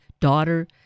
daughter